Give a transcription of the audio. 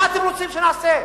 מה אתם רוצים שנעשה?